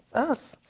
us.